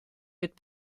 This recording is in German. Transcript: wird